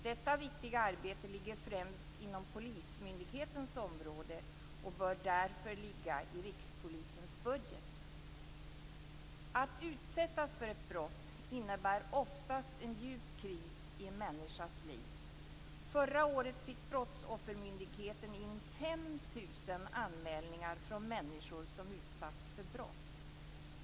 Detta viktiga arbete ligger främst inom polismyndighetens område och bör därför ingå i Att utsättas för ett brott innebär oftast en djup kris i en människas liv. Förra året fick Brottsoffermyndigheten in 5 000 anmälningar från människor som utsatts för brott.